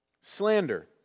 Slander